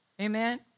Amen